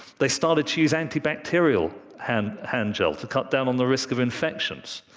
they started to use anti-bacterial hand hand gel to cut down on the risk of infections.